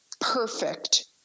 perfect